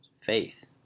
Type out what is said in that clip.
faith